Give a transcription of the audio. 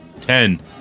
Ten